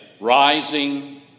rising